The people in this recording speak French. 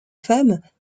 femmes